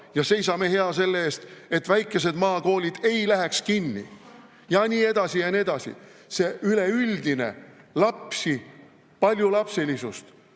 ja seisame hea selle eest, et väikesed maakoolid ei läheks kinni ja nii edasi ja nii edasi. See üleüldine lapsi, paljulapselisust